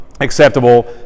acceptable